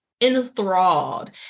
enthralled